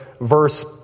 verse